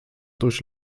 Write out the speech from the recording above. durch